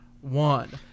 one